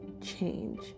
change